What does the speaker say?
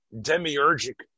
demiurgic